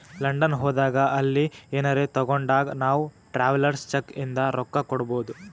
London ಹೋದಾಗ ಅಲ್ಲಿ ಏನರೆ ತಾಗೊಂಡಾಗ್ ನಾವ್ ಟ್ರಾವೆಲರ್ಸ್ ಚೆಕ್ ಇಂದ ರೊಕ್ಕಾ ಕೊಡ್ಬೋದ್